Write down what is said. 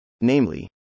Namely